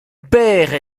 père